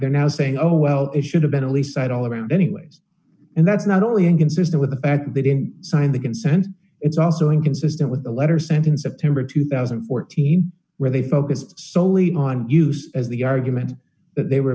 they're now saying oh well it should have been a lease site all around anyways and that's not only inconsistent with the back they didn't sign the consent it's also inconsistent with the letter sent in september two thousand and fourteen where they focused solely on use as the argument that they were